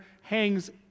hangs